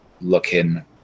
looking